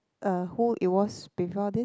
uh who it was before this